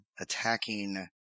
attacking